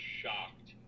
shocked